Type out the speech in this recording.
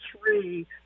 three